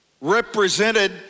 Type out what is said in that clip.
Represented